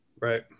Right